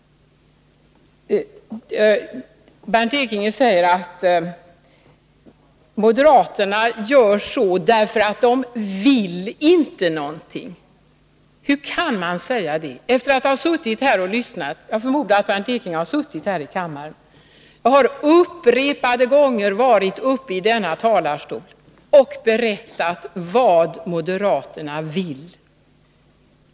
Bernt Ekinge påstår att moderaterna har handlat på detta sätt, därför att de inte vill någonting. Hur kan han säga så efter att ha lyssnat på mig? Jag förmodar att Bernt Ekinge har suttit här i kammaren. Jag har upprepade gånger i denna talarstol berättat vad moderaterna vill.